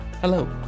Hello